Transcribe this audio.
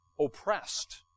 oppressed